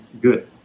good